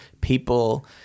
people